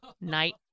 night